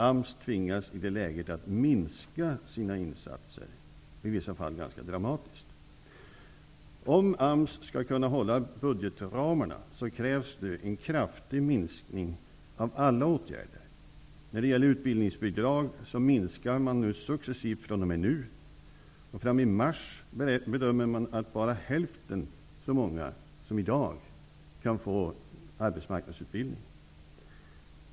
AMS tvingas i detta läge att minska sina insatser, i vissa fall dramatiskt. Om AMS skall kunna hålla budgetramarna krävs en kraftig minskning av alla åtgärder. Man bedömer att bara hälften så många som i dag kan få arbetsmarknadsutbildning fram i mars.